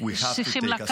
עלינו לנקוט